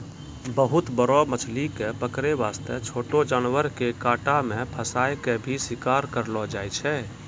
बहुत बड़ो मछली कॅ पकड़ै वास्तॅ छोटो जानवर के कांटा मॅ फंसाय क भी शिकार करलो जाय छै